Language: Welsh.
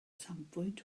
safbwynt